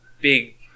big